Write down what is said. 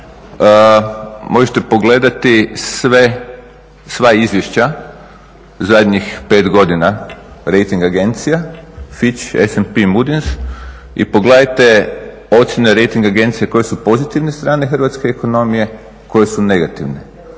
Možete pogledati sve, sva izvješća zadnjih 5 godina rejting agencija, FIČ, ESP, MUDIS i pogledajte ocjene rejting agencije koje su pozitivne strane hrvatske ekonomije, koje su negativne.